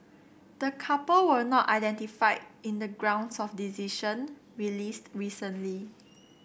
the couple were not identified in the grounds of decision released recently